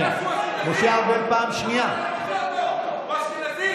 למה אתה לא מוציא אותו, בגלל שהוא אשכנזי?